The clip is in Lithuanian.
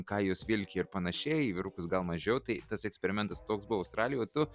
ką jos vilki ir panašiai į vyrukus gal mažiau tai tas eksperimentas toks buvo australijoj o tu